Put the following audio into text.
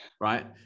right